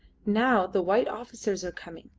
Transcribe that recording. now the white officers are coming,